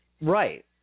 Right